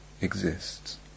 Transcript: exists